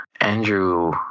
Andrew